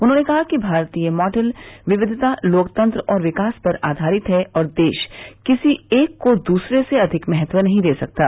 उन्होंने कहा कि भारतीय मॉडल विक्विता लोकतंत्र और विकास पर आधारित है और देश किसी एक को दूसरे से अधिक महत्व नहीं दे सकता है